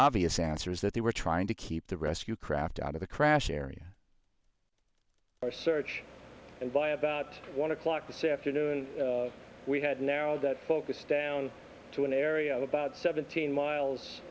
obvious answer is that they were trying to keep the rescue craft out of the crash area by search and by about one o'clock this afternoon we had now that focus down to an area about seventeen miles